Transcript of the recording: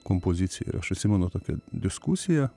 kompoziciją ir aš atsimenu tokią diskusiją